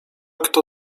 kto